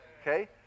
okay